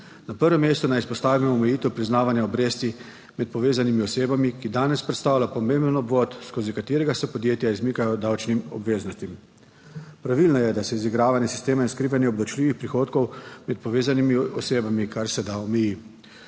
Na prvem mestu naj izpostavim omejitev priznavanja obresti med povezanimi osebami, ki danes predstavlja pomemben obvod, skozi katerega se podjetja izmikajo davčnim obveznostim. Pravilno je, da se izigravanje sistema in skrivanje obdavčljivih prihodkov med povezanimi osebami kar se da omeji.